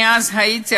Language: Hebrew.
אני אז הייתי,